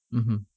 mmhmm